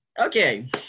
Okay